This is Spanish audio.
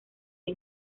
era